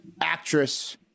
actress